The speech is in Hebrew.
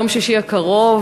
יום שישי הקרוב,